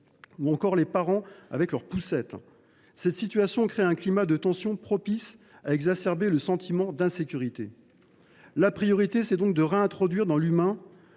ou les parents avec leurs poussettes ? Cette situation crée un climat de tension propice à exacerber le sentiment d’insécurité. La priorité est donc de réintroduire de l’humain